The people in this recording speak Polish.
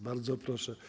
Bardzo proszę.